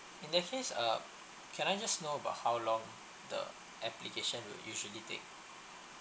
in that case uh can I just know about how long the application will usually take